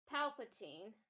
Palpatine